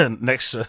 next